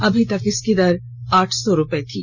अभी तक इसकी दर आठ सौ रूपये थी